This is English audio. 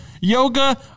yoga